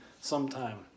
sometime